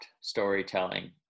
storytelling